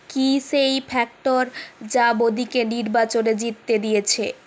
কি সেই ফ্যাক্টর যা মোদিকে নির্বাচনে জিততে দিয়েছে